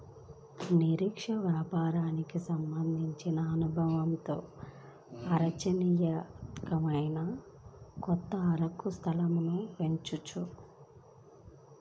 నిర్దిష్ట వ్యాపారానికి సంబంధించిన అనుభవంతో ఆచరణీయాత్మకమైన కొత్త అంకుర సంస్థలు పెట్టొచ్చు